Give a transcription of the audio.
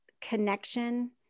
connection